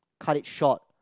cut it short